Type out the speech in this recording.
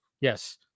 Yes